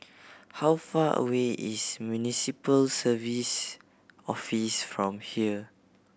how far away is Municipal Service Office from here